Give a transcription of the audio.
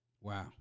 Wow